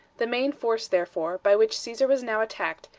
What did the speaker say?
the main force, therefore, by which caesar was now attacked,